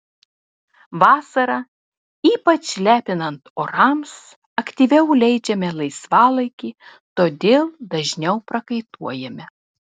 vasarą ypač lepinant orams aktyviau leidžiame laisvalaikį todėl dažniau prakaituojame